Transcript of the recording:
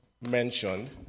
mentioned